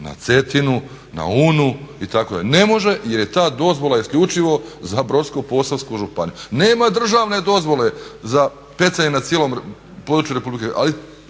na Cetinu, na Unu itd.? Ne može jer je ta dozvola isključivo za Brodsko-posavsku županiju. Nema državne dozvole za pecanje na cijelom području Republike. Ali